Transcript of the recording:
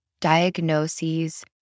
diagnoses